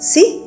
See